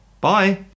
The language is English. Bye